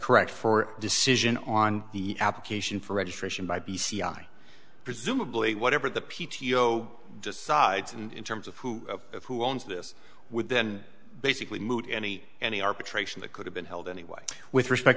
correct for decision on the application for registration by p c i presumably whatever the p t o just sides and in terms of who who owns this would then basically moot any any arbitration that could have been held anyway with respect